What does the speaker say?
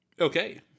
Okay